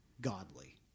godly